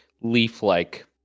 leaf-like